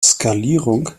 skalierung